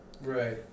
Right